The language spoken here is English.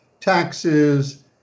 taxes